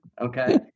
okay